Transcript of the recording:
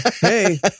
Hey